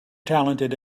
talented